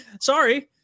Sorry